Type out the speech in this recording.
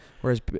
Whereas